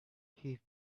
heave